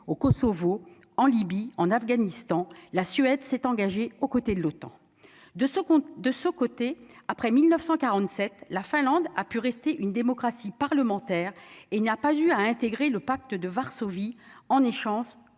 au Kosovo, en Libye, en Afghanistan, la Suède s'est engagé aux côtés de l'OTAN de ce on, de ce côté, après 1947 la Finlande a pu rester une démocratie parlementaire et il n'a pas eu à intégrer le Pacte de Varsovie, en échange